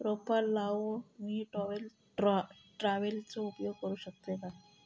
रोपा लाऊक मी ट्रावेलचो उपयोग करू शकतय काय?